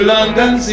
London